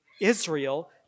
Israel